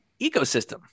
ecosystem